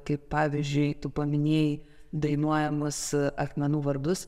kaip pavyzdžiui tu paminėjai dainuojamus akmenų vardus